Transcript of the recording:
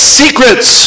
secrets